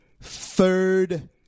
third